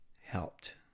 helped